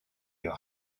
your